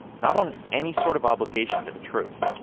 not on any sort of obligation to the truth